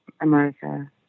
America